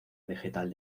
vegetal